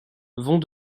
vont